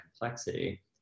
complexity